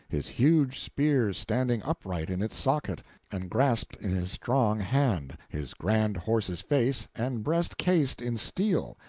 his huge spear standing upright in its socket and grasped in his strong hand, his grand horse's face and breast cased in steel,